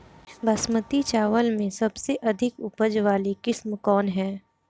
बासमती चावल में सबसे अधिक उपज वाली किस्म कौन है?